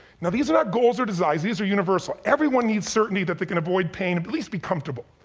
now these are not goals or desires, these are universal. everyone needs certainty that they can avoid pain, at least be comfortable.